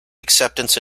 acceptance